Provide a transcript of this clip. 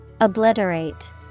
Obliterate